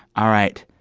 all right.